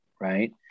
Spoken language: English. Right